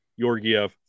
Yorgiev